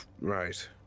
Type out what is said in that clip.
right